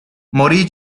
morì